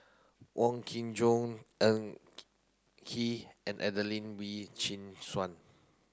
Wong Kin Jong Ng Kee and Adelene Wee Chin Suan